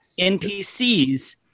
NPCs